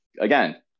Again